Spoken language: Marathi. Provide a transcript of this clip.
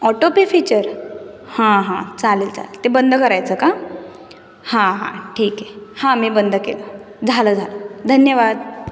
ऑटो पे फिचर हां हां चालेल चालेल ते बंद करायचं का हां हां ठीक आहे हां मी बंद केलं झालं झालं धन्यवाद